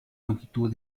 longitud